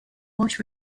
wash